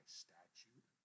statute